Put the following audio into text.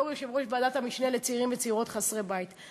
בתור יושבת-ראש ועדת המשנה לצעירים וצעירות חסרי בית.